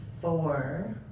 four